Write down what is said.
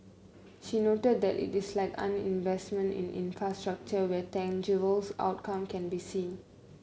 she noted that it is unlike investment in infrastructure where tangible outcomes can be seen